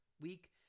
week